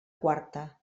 quarta